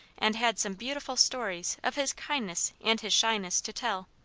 and had some beautiful stories of his kindness and his shyness to tell.